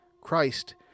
Christ